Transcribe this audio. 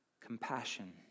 compassion